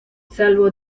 salvo